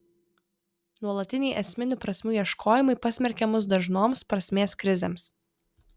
nuolatiniai esminių prasmių ieškojimai pasmerkia mus dažnoms prasmės krizėms